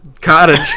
Cottage